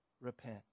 repent